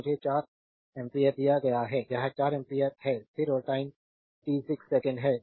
तो मुझे 4 एम्पियर दिया गया है यह 4 एम्पियर है स्थिर और टाइम t 6 सेकंड है